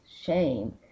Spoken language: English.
shame